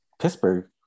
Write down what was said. Pittsburgh